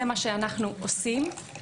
זה מה שאנו עושים.